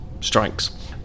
strikes